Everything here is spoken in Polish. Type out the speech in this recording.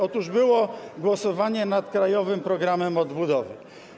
Otóż było głosowanie nad Krajowym Programem Odbudowy.